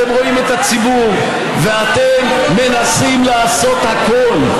אתם רואים את הציבור ואתם מנסים לעשות הכול,